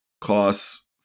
costs